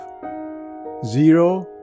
Zero